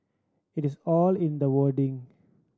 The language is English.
it is all in the wording